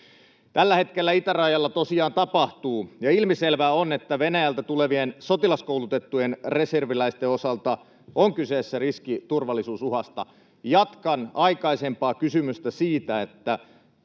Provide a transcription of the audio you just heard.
Tällä hetkellä itärajalla tosiaan tapahtuu, ja ilmiselvää on, että Venäjältä tulevien sotilaskoulutettujen reserviläisten osalta on kyseessä riski turvallisuusuhasta. Jatkan aikaisempaa kysymystä siitä, että